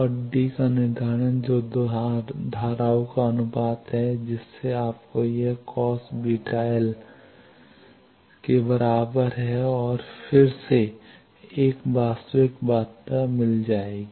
और डी का निर्धारण जो 2 धाराओं का अनुपात है जिससे आपको यह cos βl के बराबर और फिर से एक वास्तविक मात्रा मिल जाएगी